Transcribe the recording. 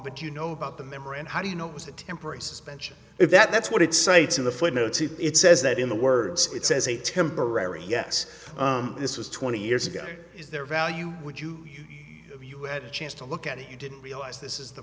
but you know about the memory and how do you know it was a temporary suspension if that's what it cites in the footnotes it says that in the words it says a temporary yes this was twenty years ago is there value would you chance to look at it you didn't realize this is the